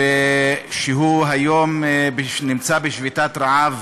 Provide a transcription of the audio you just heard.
שהוא היום בשביתת רעב,